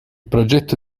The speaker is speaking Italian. progetto